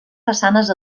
façanes